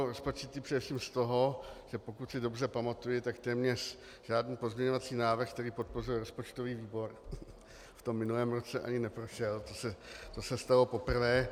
Rozpačitý především z toho, že pokud si dobře pamatuji, tak téměř žádný pozměňovací návrh, který podpořil rozpočtový výbor, v tom minulém roce ani neprošel, to se stalo poprvé.